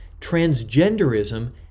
transgenderism